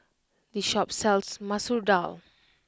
this shop sells Masoor Dal